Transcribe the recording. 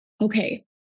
okay